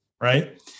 Right